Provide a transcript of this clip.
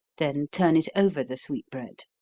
then turn it over the sweet bread.